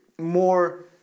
More